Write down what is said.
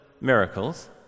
miracles